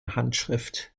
handschrift